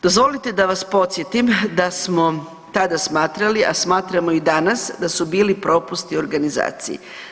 Dozvolite da vas podsjetim da smo tada smatrali a smatramo i danas da su bili propusti organizacije.